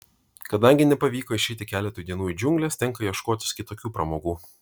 kadangi nepavyko išeiti keletui dienų į džiungles tenka ieškotis kitokių pramogų